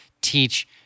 teach